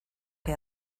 que